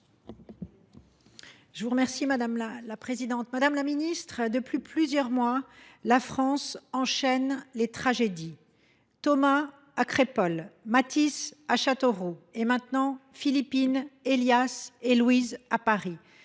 ministre de l’intérieur. Madame la ministre, depuis plusieurs mois, la France enchaîne les tragédies : Thomas à Crépol, Matisse à Châteauroux, et maintenant Philippine, Élias et Louise à Paris,